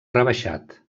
rebaixat